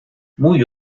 muy